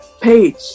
page